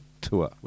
tour